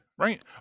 right